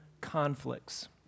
conflicts